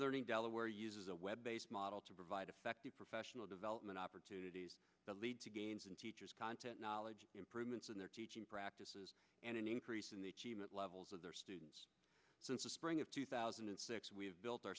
stations delaware uses a web based model to provide effective professional development opportunities that lead to gains in teachers content knowledge improvements in their teaching practices and an increase in the levels of their students since the spring of two thousand and six we have built our